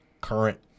current